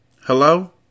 Hello